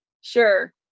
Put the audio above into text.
sure